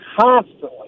constantly